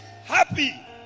Happy